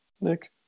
Nick